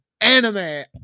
anime